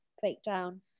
breakdown